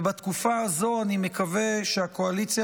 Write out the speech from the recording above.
ובתקופה הזו אני מקווה שהקואליציה